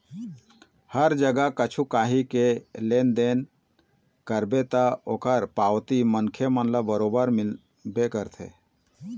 हर जगा कछु काही के लेन देन करबे ता ओखर पावती मनखे मन ल बरोबर मिलबे करथे